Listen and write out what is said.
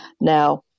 Now